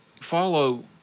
follow